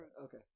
Okay